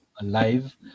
alive